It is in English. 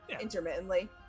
intermittently